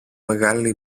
μεγάλη